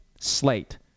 slate